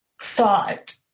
thought